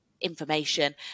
information